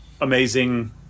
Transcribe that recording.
amazing